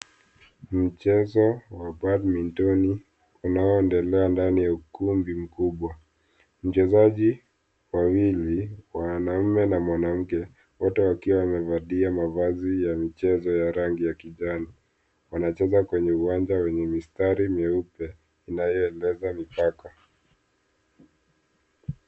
Mchezo wa badmintoni unaoendelea ndani ya ukumbi mkubwa. Mchezaji wawili, mwanaume na mwanamke wote wakiwa wamevalia mavazi ya michezo ya rangi ya kijani, wanacheza kwenye uwanje wenye mistari meupe inayoeneza mipaka.